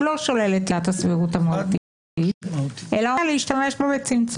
הוא לא שולל את עילת הסבירות המהותית אלא הוא אומר להשתמש בה בצמצום.